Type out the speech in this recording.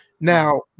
Now